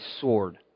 sword